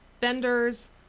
vendors